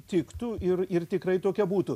tiktų ir ir tikrai tokia būtų